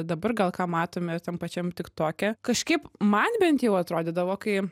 dabar gal ką matome ir tam pačiam tiktoke kažkaip man bent jau atrodydavo kai